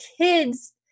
kids